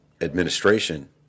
administration